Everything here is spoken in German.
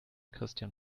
christian